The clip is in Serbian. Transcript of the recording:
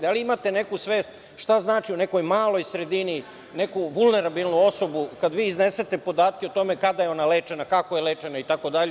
Da li imate neku svest šta znači u nekoj malo sredini za neku vulnerabilnu osobu kad vi iznesete podatke o tome kada je ona lečena, kako je lečena itd?